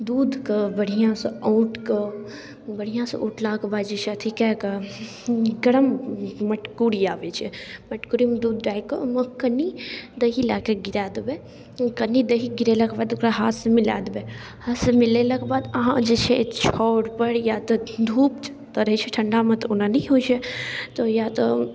दूधके बढ़िआँसँ औँटिकऽ बढ़िआँसँ औँटलाके बाद जे छै अथी कऽ कऽ गरम मटकूरी आबै छै मटकूरीमे दूध डालिकऽ ओहिमे कनि दही लऽ कऽ गिरा देबै कनि दही गिरेलाके बाद ओकरा हाथसँ मिला देबै हाथसँ मिलेलाके बाद अहाँ जे छै छाउरपर या तऽ धूप रहै छै ठण्डामे तऽ ओना नहि होइ छै तऽ या तऽ